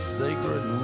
sacred